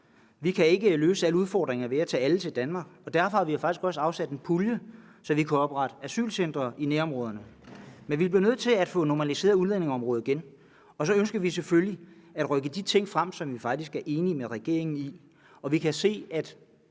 Vi kan ikke løse alle udfordringer ved at tage alle til Danmark, og derfor har vi faktisk også afsat en pulje, så vi kan oprette asylcentre i nærområderne. Men vi bliver nødt til at få normaliseret udlændingeområdet igen. Og så ønsker vi selvfølgelig at rykke de ting frem, som vi faktisk er enige med regeringen i. Vi kan se, at